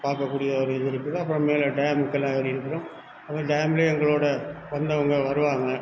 பார்க்கக்கூடிய ஒரு இது இருக்குது அப்புறம் மேலே டேமுக்கெல்லாம் ஏறி இருக்கிறோம் அப்புறம் டேம்லேயே எங்களோட வந்தவங்க வருவாங்க